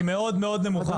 היא מאוד מאוד נמוכה.